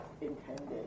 intended